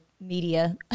media